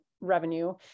revenue